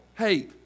hey